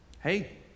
hey